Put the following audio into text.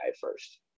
first